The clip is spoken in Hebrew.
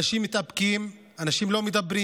אנשים מתאפקים, אנשים לא מדברים,